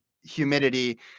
humidity